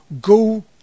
Go